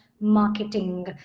marketing